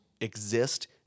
exist